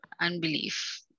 unbelief